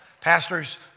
Pastors